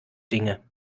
dinge